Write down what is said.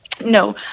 No